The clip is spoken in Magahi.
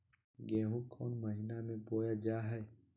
गेहूँ कौन महीना में बोया जा हाय?